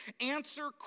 answer